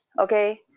okay